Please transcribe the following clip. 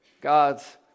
God's